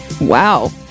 Wow